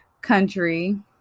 country